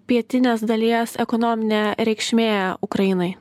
pietinės dalies ekonominė reikšmė ukrainai